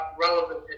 relevant